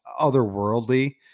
otherworldly